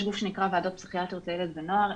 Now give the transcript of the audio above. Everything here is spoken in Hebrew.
יש גוף שנקרא ועדות פסיכיאטריות לילד ונוער.